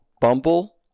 bumble